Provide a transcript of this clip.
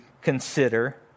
consider